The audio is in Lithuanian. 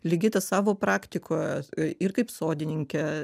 ligita savo praktikoje ir kaip sodininkė